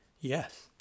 yes